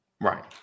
Right